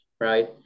Right